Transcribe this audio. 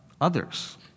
others